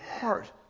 heart